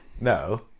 No